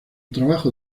trabajo